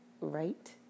right